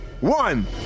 one